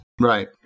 Right